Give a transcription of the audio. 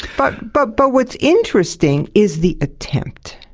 but but but what's interesting is the attempt.